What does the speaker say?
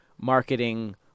Marketing